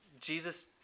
Jesus